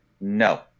No